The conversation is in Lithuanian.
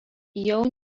jaunių